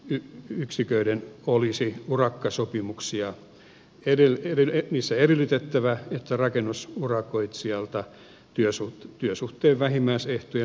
eri yksiköiden tarkoittamissa hankintayksiköissä olisi urakkasopimuksissa edellytettävä rakennusurakoitsijalta työsuhteen vähimmäisehtojen noudattamista